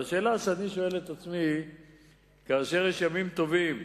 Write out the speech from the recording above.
והשאלה שאני שואל את עצמי כאשר יש ימים טובים: